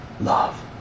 love